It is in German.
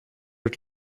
mit